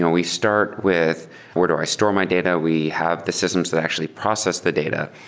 ah we start with where do i store my data? we have the systems that actually process the data.